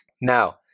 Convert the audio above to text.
Now